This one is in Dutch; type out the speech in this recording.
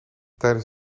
tijdens